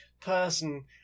person